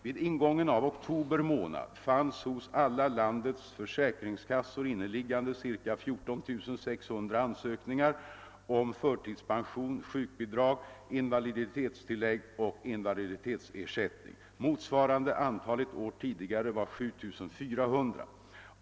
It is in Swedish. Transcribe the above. Vid ingången av oktober månad fanns hos alla landets försäkringskassor inneliggande ca 14 600 ansökningar om förtidspension, sjukbidrag, invaliditetstillägg och invaliditetsersättning. Motsvarande antal ett år tidigare var 7 400.